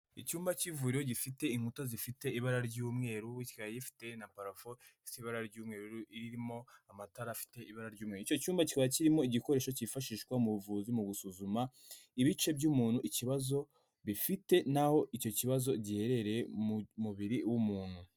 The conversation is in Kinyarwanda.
Icyumba cy'ivuriro gifite inkuta zifite ibara ry'umweru, kikaba gifite na parafo ifite ibara ry'umweru irimo amatara afiite ibara ry'umweru, icyo cyumba kiba kirimo igikoresho cyifashishwa mu buvuzi mu gusuzuma ibice by'umuntu, ikibazo bifite n'aho icyo kibazo giherereye mu mubiri w'umuntu.